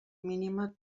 mínima